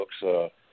books